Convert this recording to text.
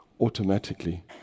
automatically